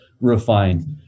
refined